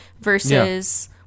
versus